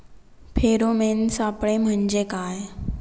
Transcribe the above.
Pheromone सापळे म्हंजे काय?